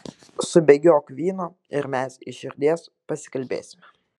subėgiok vyno ir mes iš širdies pasikalbėsime